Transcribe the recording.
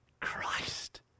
Christ